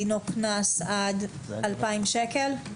דינו קנס עד 2,000 שקל?